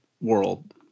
world